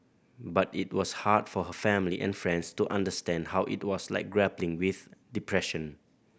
but it was hard for her family and friends to understand how it was like grappling with depression